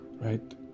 right